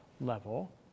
level